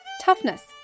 Toughness